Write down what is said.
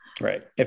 Right